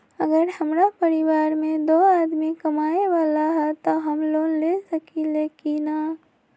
अगर हमरा परिवार में दो आदमी कमाये वाला है त हम लोन ले सकेली की न?